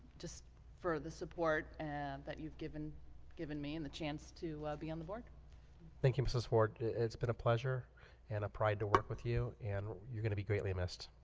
just for the support and that you've given given me and the chance to ah be on the board thank you mrs. ford it's been a pleasure and a pride to work with you, and you're gonna be greatly missed